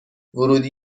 ورودی